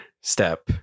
step